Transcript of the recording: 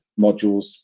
modules